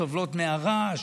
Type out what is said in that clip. סובלות מהרעש,